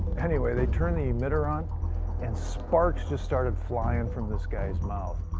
anyway, they turned the emitter on and sparks just started flying from this guys mouth.